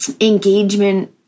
engagement